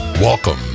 Welcome